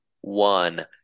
one